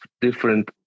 different